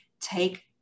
Take